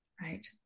right